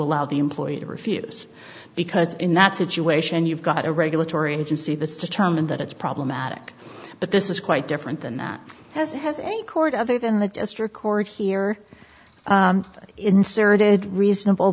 allow the employer to refuse because in that situation you've got a regulatory agency that's determined that it's problematic but this is quite different than that as has any court other than the district court here inserted reasonable